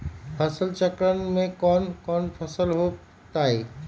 फसल चक्रण में कौन कौन फसल हो ताई?